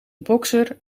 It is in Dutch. bokser